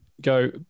go